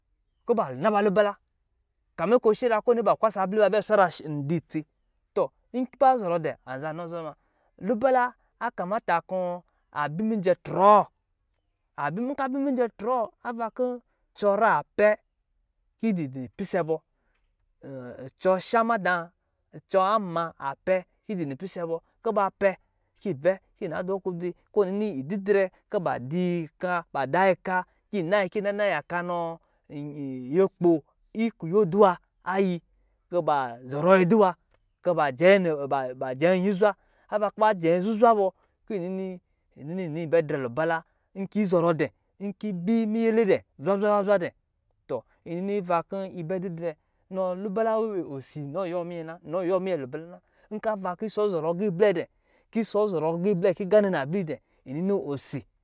Kuba naba lubala kamin kɔ̄ shiriya kɔ̄ ɔnɔ ba kwasa bli ba bɛ swara nda itsi, tɔ zɔrɔ dɛ anza nɔ zwa ma. Lubala a kamata kɔ̄ a bi mijɛ trɔɔ, a bi nka bi mijɛ trɔɔ avan kɔ̄ cɔɔ ra pɛ ki idi di pise bɔ cɔɔ sha madāā, cɔɔ a mma a pɛ ki yi dɔ nɔ pise bɔ, kɔ̄ ba pɛ, ki bɛ ki yi na dɔ klodzi kɔ̄ ɔ nini yi didrɛ kɔ̄ baa diiyi ka, ba daa yi ka kiyi na yi ki yi nana yaka nɔɔ nyekpo ikuyo duwa a yi kɔ̄ ba zɔrɔ yi duwaa, kɔ̄ ba jɛ yi ba ba jɛ yi nyizuzwa. Avan kɔ̄ ba jɛ yi zuzwa bɔ, ki yi nini yi nini nii bɛ drɛ lubala nki zɔrɔ dɛ, nki bi miyɛlɛ dɛ zwa zwa zwa dɛ, tɔ nyi nini ava kɔ̄ yi bɛ didrɛ, nɔ lubala weewe, osi nɔ yuwɔ minyɛ na, inɔ yuwɔ minyɛ lubala na. Nkɔ̄ ava ki yi sɔ zɔrɔ agiiblɛ dɛ, ki yi sɔ zɔrɔ agiiblɛ ki yi gaanɛ na bliiyi dɛ, yi nini osi